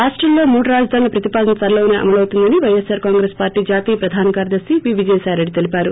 రాష్టంలో మూడు రాజధానుల ప్రతిపాదన త్వరలోనే అమలవుతుందని పైఎస్సార్ కాంగ్రెస్ పార్టీ జాతీయ ప్రధాన కార్యదర్శి వి విజయసాయిరెడ్డి తెలిపారు